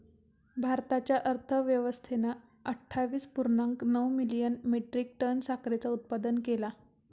भारताच्या अर्थव्यवस्थेन अट्ठावीस पुर्णांक नऊ मिलियन मेट्रीक टन साखरेचा उत्पादन केला